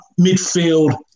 midfield